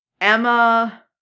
Emma